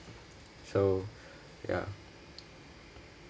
so ya